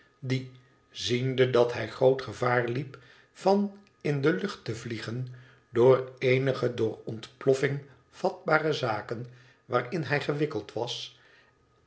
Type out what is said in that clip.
die ziende dat hij groot gevaar liep van in de lucht te vliegen door eenige voor ontploffing vatbare zaken waarin hij gewikkeld was